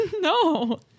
no